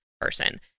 person